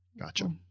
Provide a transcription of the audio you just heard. Gotcha